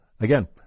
again